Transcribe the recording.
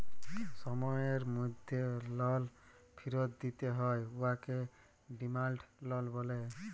সময়ের মধ্যে লল ফিরত দিতে হ্যয় উয়াকে ডিমাল্ড লল ব্যলে